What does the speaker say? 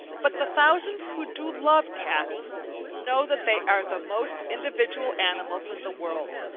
but the thousands who do love cats know that they are the most individual animals in the world.